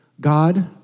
God